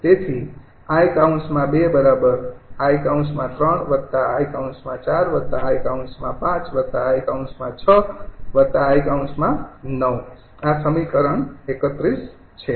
તેથી 𝐼૨𝑖 ૩𝑖૪𝑖૫𝑖૬𝑖૯ આ સમીકરણ 31 છે